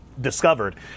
discovered